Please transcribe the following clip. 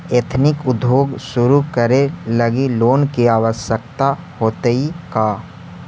Ethnic उद्योग शुरू करे लगी लोन के आवश्यकता होतइ का?